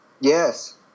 Yes